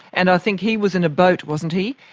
and i think he was in boat, wasn't he,